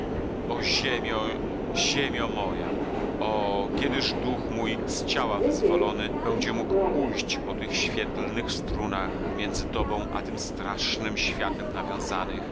o ziemio ziemio moja o kiedyż duch mój z ciała wyzwolony będzie mógł pójść po tych świetlnych strunach między tobą a tym strasznym światem nawiązanych